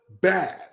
bad